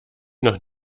noch